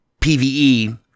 PVE